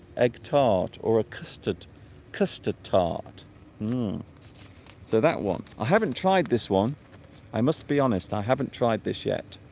egg tart or a custard custard tart mmm so that one i haven't tried this one i must be honest i haven't tried this yet